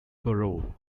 borough